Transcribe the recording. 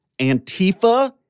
Antifa